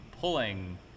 pulling